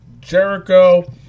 Jericho